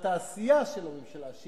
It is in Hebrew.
בתעשייה של הממשלה,